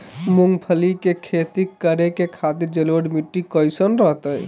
मूंगफली के खेती करें के खातिर जलोढ़ मिट्टी कईसन रहतय?